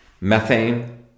Methane